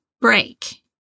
break